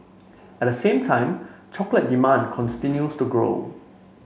at the same time chocolate demand continues to grow